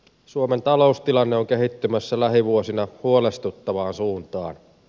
suomen taloustilanne on kehittymässä lähivuosina huolestuttavaan suuntaan